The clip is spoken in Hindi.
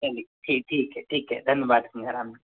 चलिए ठीक है ठीक है धन्यवाद गंगा रामजी